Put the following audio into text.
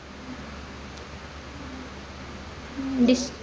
this